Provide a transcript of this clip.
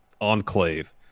enclave